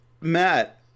Matt